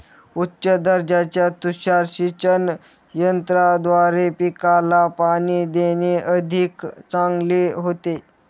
उच्च दर्जाच्या तुषार सिंचन यंत्राद्वारे पिकाला पाणी देणे अधिक चांगले होते